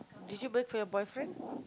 did you bake for your boyfriend